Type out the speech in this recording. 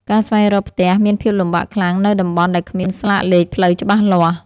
ការស្វែងរកផ្ទះមានភាពលំបាកខ្លាំងនៅតំបន់ដែលគ្មានស្លាកលេខផ្លូវច្បាស់លាស់។